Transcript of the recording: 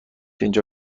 اینجا